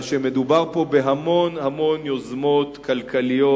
שמדובר פה בהמון המון יוזמות כלכליות,